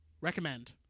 recommend